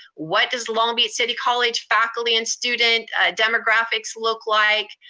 what does long beach city college faculty and student demographics look like,